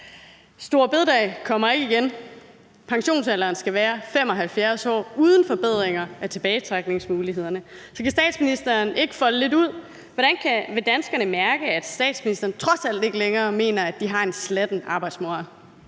Store bededag kommer ikke igen. Pensionsalderen skal være 75 år uden forbedringer af tilbagetrækningsmulighederne. Så kan statsministeren ikke folde lidt ud, hvordan danskerne vil mærke, at statsministeren trods alt ikke længere mener, at de har en slatten arbejdsmoral?